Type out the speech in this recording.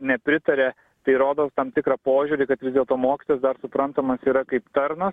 nepritaria tai rodo tam tikrą požiūrį kad vis dėlto mokytojas dar suprantamas yra kaip tarnas